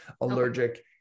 allergic